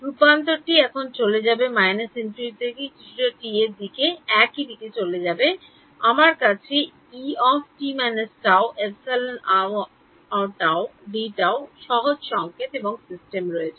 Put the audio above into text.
রূপান্তরটি এখানে চলে যাবে −∞ থেকে কিছুটা t ঠিক একই দিকে চলে যাবে আমার কাছে সহজ সংকেত এবং সিস্টেম রয়েছে